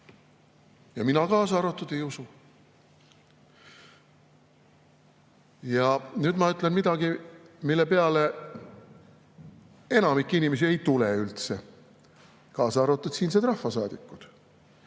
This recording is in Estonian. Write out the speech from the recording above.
Ja mina kaasa arvatud ei usu! Ja nüüd ma ütlen midagi, mille peale enamik inimesi ei tule üldse, kaasa arvatud siinsed rahvasaadikud.